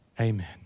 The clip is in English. amen